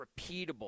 repeatable